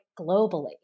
globally